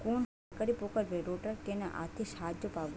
কোন সরকারী প্রকল্পে রোটার কেনার আর্থিক সাহায্য পাব?